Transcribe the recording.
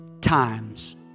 times